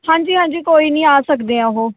ਹਾਂਜੀ ਹਾਂਜੀ ਕੋਈ ਨਹੀਂ ਆ ਸਕਦੇ ਹੈ ਉਹ